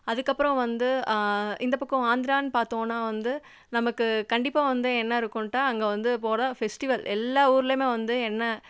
அதுக்கப்புறம் வந்து இந்த பக்கம் ஆந்திரான்னு பார்த்தோன்னா வந்து நமக்கு கண்டிப்பாக வந்து என்ன இருக்குன்ட்டா அங்கே வந்து போகிற ஃபெஸ்டிவல் எல்லா ஊர்லேயுமே வந்து என்ன